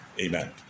Amen